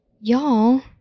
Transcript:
y'all